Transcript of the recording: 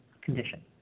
condition